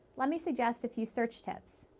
let me suggest a few search tips.